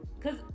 cause